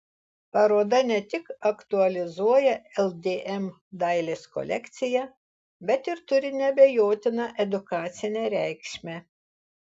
paroda ne tik aktualizuoja ldm dailės kolekciją bet ir turi neabejotiną edukacinę reikšmę